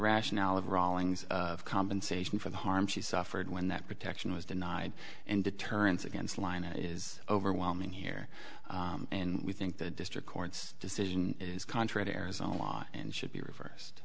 rationale of rawlings compensation for the harm she suffered when that protection was denied and deterrence against line it is overwhelming here and we think the district court's decision is contrary is on law and should be reversed